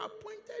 appointed